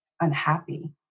unhappy